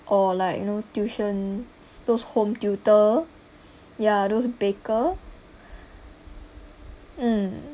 or like you know tuition those home tutor ya those baker mm